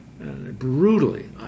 brutally